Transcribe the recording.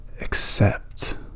Accept